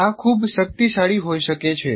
આ ખૂબ શક્તિશાળી હોઈ શકે છે